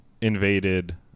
invaded